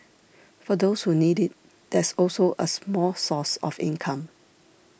for those who need it there's also a small source of income